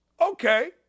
Okay